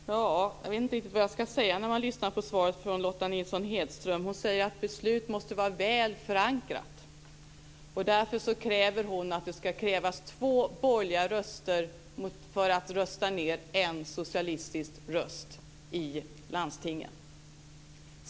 Fru talman! Jag vet inte riktigt vad jag ska säga efter att ha lyssnat på svaret från Lotta Nilsson Hedström. Hon säger att ett beslut måste vara väl förankrat. Därför säger hon att det ska krävas två borgerliga röster för att rösta ned en socialistisk röst i landstingen.